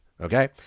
okay